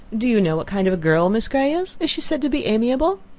do you know what kind of a girl miss grey is? is she said to be amiable?